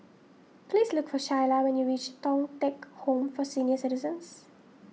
please look for Shayla when you reach Thong Teck Home for Senior Citizens